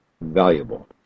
valuable